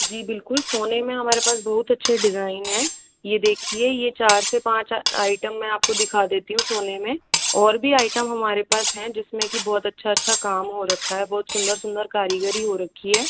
जी बिलकुल सोने में हमारे पास बहुत अच्छे डिज़ाईन हैं यह देखिये यह चार से पाँच आईटम मैं आपको दिखा देती हूँ सोने में और भी आइटम हमारे पास हैं जिसमें की बहुत अच्छा अच्छा काम हो रखा है बहुत सुंदर सुंदर कारीगरी हो रखी है